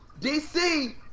DC